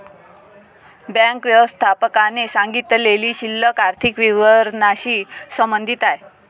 bank व्यवस्थापकाने सांगितलेली शिल्लक आर्थिक विवरणाशी संबंधित आहे